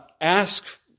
ask